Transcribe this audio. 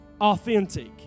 authentic